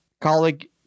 colleague